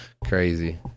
crazy